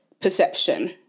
perception